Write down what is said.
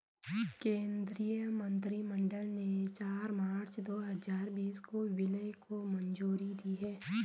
केंद्रीय मंत्रिमंडल ने चार मार्च दो हजार बीस को विलय को मंजूरी दी